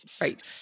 Right